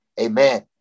Amen